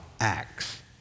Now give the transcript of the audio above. acts